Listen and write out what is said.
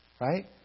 Right